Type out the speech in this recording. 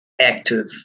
active